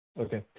Okay